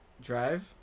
drive